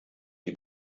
die